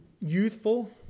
youthful